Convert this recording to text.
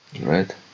right